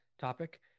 topic